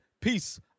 Peace